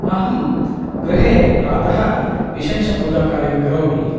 अहं गृहे प्रातः विशेषपूजाकार्यं करोमि